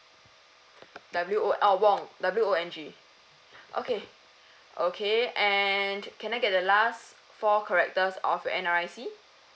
W O ah wong W O N G okay okay and ca~ can I get the last four characters of your N_R_I_C